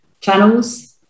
channels